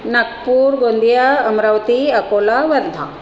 Nagpur Gondia Amravati Akola Wardha